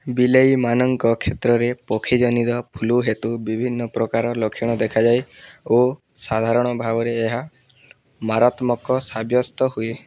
ବିଲେଇମାନଙ୍କ କ୍ଷେତ୍ରରେ ପକ୍ଷୀ ଜନିତ ଫ୍ଲୁ ହେତୁ ବିଭିନ୍ନ ପ୍ରକାର ଲକ୍ଷଣ ଦେଖାଯାଏ ଓ ସାଧାରଣତଃ ଭାବେ ଏହା ମାରାତ୍ମକ ସାବ୍ୟସ୍ତ ହୁଏ